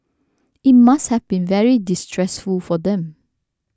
it must have been very distressful for them